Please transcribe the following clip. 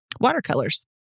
watercolors